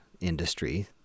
industry